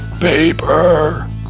paper